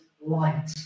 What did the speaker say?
light